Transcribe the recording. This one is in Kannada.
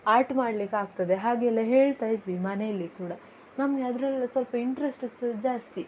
ಆರ್ಟ್ ಮಾಡಲಿಕ್ಕಾಗ್ತದೆ ಹಾಗೆಲ್ಲ ಹೇಳ್ತಾಯಿದ್ವಿ ಮನೇಲಿ ಕೂಡ ನಮಗೆ ಅದರಲ್ಲೆಲ್ಲ ಸ್ವಲ್ಪ ಇಂಟ್ರಸ್ಟಸ್ ಜಾಸ್ತಿ